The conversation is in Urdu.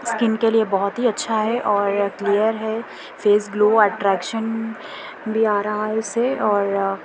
اسکن کے لیے بہت ہی اچھا ہے اور کلیئر ہے فیس گلو ایٹریکشن بھی آ رہا ہے اس سے اور